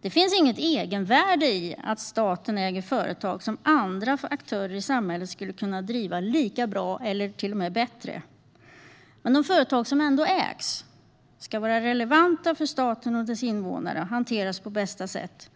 Det finns inget egenvärde i att staten äger företag som andra aktörer i samhället skulle kunna driva lika bra eller till och med bättre. Men de företag som ändå ägs ska vara relevanta för staten och dess invånare och hanteras på bästa sätt.